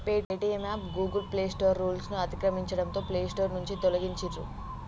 Paytm app Google play store రూల్స్ను అతిక్రమించడంతో play store నుంచి తొలగించిర్రు